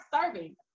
serving